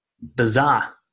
bizarre